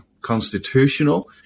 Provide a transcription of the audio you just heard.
constitutional